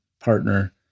partner